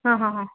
ಹಾಂ ಹಾಂ ಹಾಂ